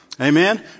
Amen